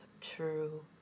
true